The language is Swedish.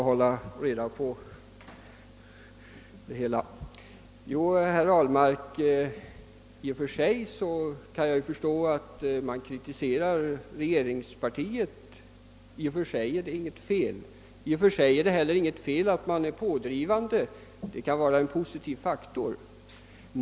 Herr talman! I och för sig kan jag förstå, herr Ahlmark, att ni kritiserar regeringspartiet. Det är inget fel i det, och det är inget fel i att vara pådrivande — det kan vara en positiv faktor.